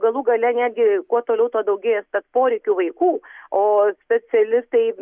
galbūt galų gale netgi kuo toliau tuo daugėja spec poreikių vaikų o specialistai